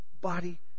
body